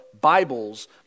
Bibles